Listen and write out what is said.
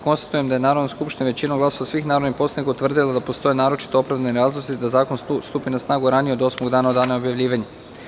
Konstatujem da je Narodna skupština većinom glasova svih narodnih poslanika utvrdila da postoje naročito opravdani razlozi da zakon stupi na snagu ranije od osmog dana od dana objavljivanja.